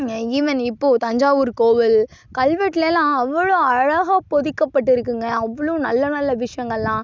even இப்போ தஞ்சாவூர் கோவில் கல்வெட்லலாம் அவ்வளோ அழகாக பொதிக்கப்பட்டிருக்குங்க அவ்வளோ நல்ல நல்ல விஷயங்கள்லாம்